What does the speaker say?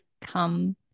come